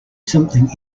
something